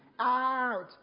Out